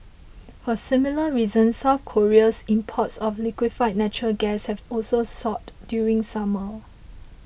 for similar reasons South Korea's imports of liquefied natural gas have also soared during summer